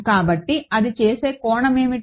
కాబట్టి అది చేసే కోణం ఏమిటి